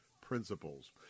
principles